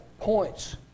points